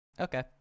Okay